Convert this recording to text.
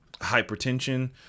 hypertension